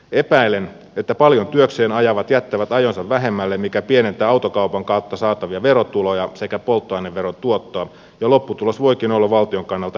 epäilen että paljon työkseen ajavat jättävät ajonsa vähemmälle mikä pienentää autokaupan kautta saatavia verotuloja sekä polttoaineverotuottoa ja lopputulos voikin olla valtion kannalta negatiivinen